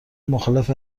مخالف